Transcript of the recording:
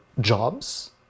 jobs